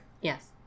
Yes